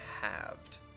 halved